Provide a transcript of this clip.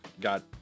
got